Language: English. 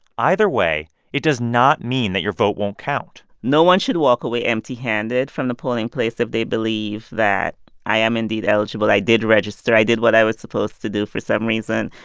either way, it does not mean that your vote won't count no one should walk away empty-handed from the polling place if they believe that i am indeed eligible, i did register, i did what i was supposed to do for some reason,